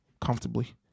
comfortably